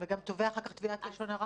נכון, וגם תובע אחר כך תביעת לשון הרע.